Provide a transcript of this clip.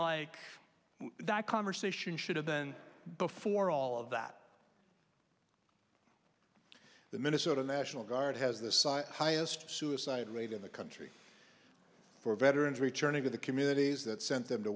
like that conversation should have been before all of that the minnesota national guard has this highest suicide rate in the country for veterans returning to the communities that sent them to